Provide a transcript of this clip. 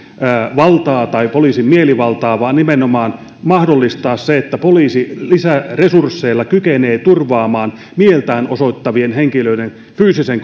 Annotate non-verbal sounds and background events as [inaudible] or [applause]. valtaa tai poliisin mielivaltaa vaan nimenomaan mahdollistaa se että poliisi lisäresursseillaan kykenee turvaamaan mieltään osoittavien henkilöiden fyysisen [unintelligible]